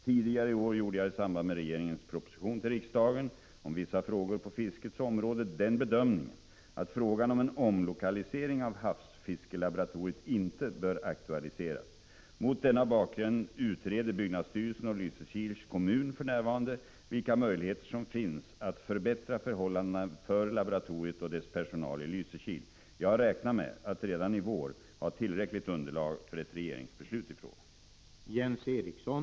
Tidigare i år gjorde jag i samband med regeringens proposition till riksdagen om vissa frågor på fiskets område den bedömningen, att frågan om en omlokalisering av havsfiskelaboratoriet inte bör aktualiseras. Mot denna bakgrund utreder byggnadsstyrelsen och Lysekils kommun för närvarande vilka möjligheter som finns att förbättra förhållandena för laboratoriet och dess personal i Lysekil. Jag räknar med att redan i vår ha tillräckligt underlag för ett regeringsbeslut i frågan.